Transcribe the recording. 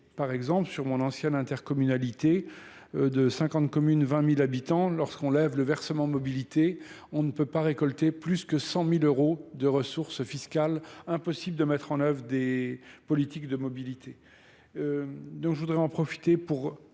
par exemple, sur mon ancienne intercommunalité de 50 communes 20 habitants lorsqu'on lève le versement mobilité on ne peut pas récolter plus de 100 € de ressources fiscales, impossible de mettre en œuvres des politiques de mobilité. donc je voudrais en profiter pour